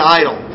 idol